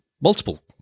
multiple